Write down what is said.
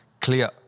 clear